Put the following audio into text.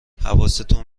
حواستون